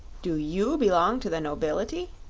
do you belong to the nobility?